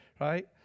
right